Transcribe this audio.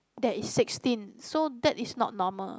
there is sixteen so that is not normal